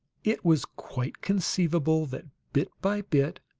it was quite conceivable that, bit by bit,